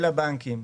של הבנקים,